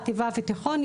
חטיבה ותיכון,